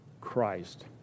Christ